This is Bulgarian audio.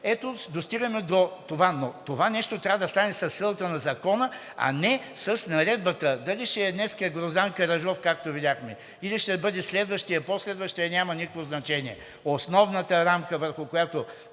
ето, достигаме до това. Но това нещо трябва да стане със силата на Закона, а не с Наредбата. Дали ще е днес Гроздан Караджов, както видяхме, или ще бъде следващият, по-следващият, няма никакво значение. Основната рамка, върху която...